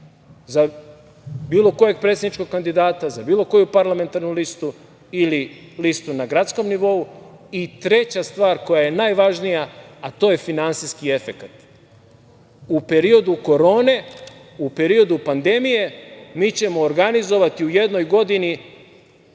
za bilo kojeg predsedničkog kandidata, za bilo koju parlamentarnu listu ili listu na gradskom nivou. Treća stvar koja je najvažnija, a to je finansijski efekat. U periodu korone, u periodu pandemije mi ćemo organizovati u jednoj godini